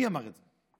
מי אמר את זה?